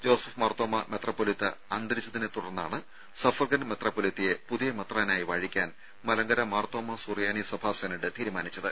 Joseph Marthoma മെത്രാപ്പൊലീത്ത അന്തരിച്ചതിനെത്തുടർന്നാണ് suffragan മെത്രാപ്പൊലീത്തയെ പുതിയ മെത്രാനായി വാഴിക്കാൻ മലങ്കര മാർത്തോമാ സുറിയാനി സഭാ സെനഡ് തീരുമാനിച്ചത്